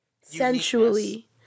sensually